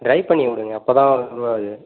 try பண்ணிவிடுங்கள் அப்போ தான் இதுவாகும்